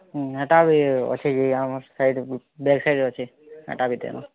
ହୁଁ ହେଟା ବି ଅଛି କି ଆମ ସାଇଡ଼ ବ୍ୟାକ୍ ସାଇଡ୍ ଅଛି ଏଇଟା ବି ଦେନୁ